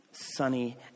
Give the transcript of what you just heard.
sunny